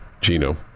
Gino